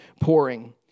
pouring